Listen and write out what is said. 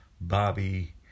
Bobby